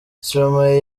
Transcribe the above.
stromae